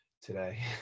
today